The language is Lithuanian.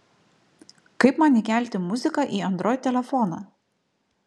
kaip man įkelti muziką į android telefoną